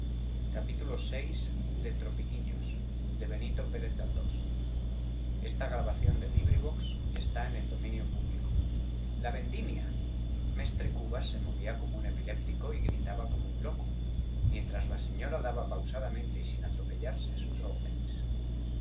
galdós vi la vendimia mestre cubas se movía como un epiléptico y gritaba como un loco mientras la señora daba pausadamente y sin atropellado sus órdenes